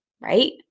right